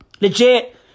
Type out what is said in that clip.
Legit